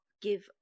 give